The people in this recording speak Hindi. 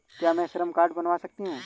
क्या मैं श्रम कार्ड बनवा सकती हूँ?